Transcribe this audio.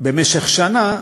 במשך שנה,